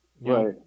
Right